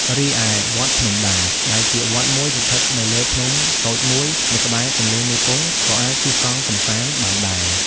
រីឯ វត្តភ្នំដា ដែលជាវត្តមួយស្ថិតនៅលើភ្នំតូចមួយនៅក្បែរទន្លេមេគង្គក៏អាចជិះកង់កម្សាន្តបានដែរ។